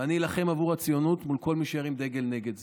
ואני אילחם עבור הציונות ומול כל מי שירים דגל נגד זה.